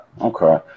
okay